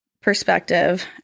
perspective